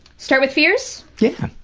start with fears? yeah.